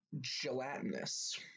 Gelatinous